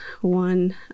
one